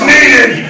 Needed